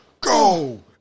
go